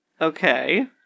Okay